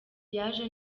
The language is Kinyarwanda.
yaje